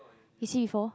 you see before